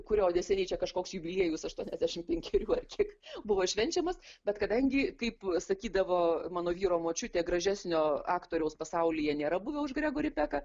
kurio neseniai čia kažkoks jubiliejus aštuoniasdešimt penkerių ar kiek buvo švenčiamas bet kadangi kaip sakydavo mano vyro močiutė gražesnio aktoriaus pasaulyje nėra buvę už gregorį peką